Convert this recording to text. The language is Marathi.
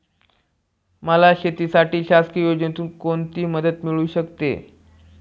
मला शेतीसाठी शासकीय योजनेतून कोणतीमदत मिळू शकते?